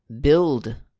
build